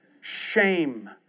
shame